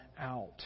out